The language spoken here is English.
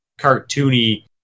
cartoony